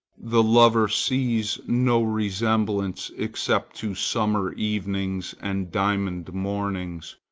the lover sees no resemblance except to summer evenings and diamond mornings,